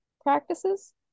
practices